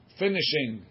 finishing